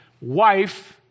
wife